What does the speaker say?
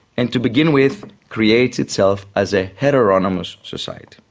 and to begin with creates itself as a heteronymous society.